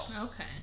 Okay